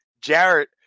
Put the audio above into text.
Jarrett